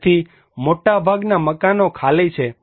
તેથી મોટા ભાગના મકાનો ખાલી છે